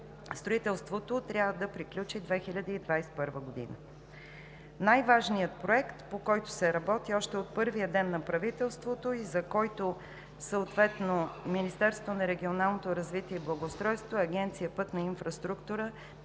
Строителството трябва да приключи 2021 г. Най-важният проект, по който се работи още от първия ден на правителството и за който Министерството на регионалното развитие и благоустройството и Агенция „Пътна инфраструктура“